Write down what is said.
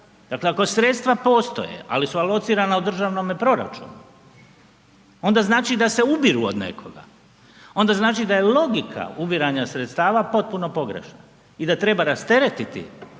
Dakle, ako sredstva postoje ali su alocirana u državnome proračunu, onda znači da se ubiru od nekoga, onda znači da je logika ubiranja sredstava potpuno pogrešna i da treba rasteretiti